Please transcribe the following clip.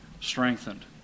strengthened